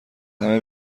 همه